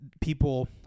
people